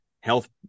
health –